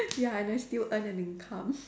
ya and then still earn an income